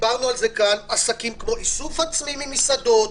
ודיברנו עליהם כאן כמו איסוף עצמי ממסעדות,